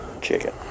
Chicken